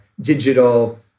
digital